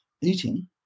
eating